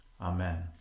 Amen